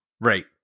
Right